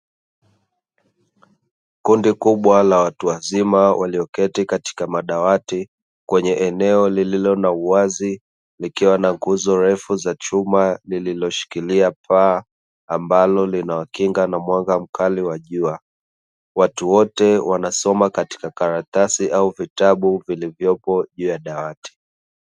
Kundi kubwa la watu wazima walio keti katika madawati kwenye eneo lililo na uwazi, likiwa na nguzo refu za chuma lililo shikilia paa ambalo linawakinga na mwanga mkali wa jua watu wote wanasoma katika karatasi au vitabu vilivyopojuu ya dawati.